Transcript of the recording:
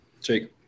Jake